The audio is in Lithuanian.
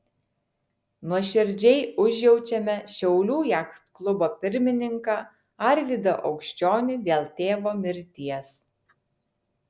nuoširdžiai užjaučiame šiaulių jachtklubo pirmininką arvydą aukščionį dėl tėvo mirties